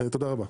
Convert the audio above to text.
תודה רבה.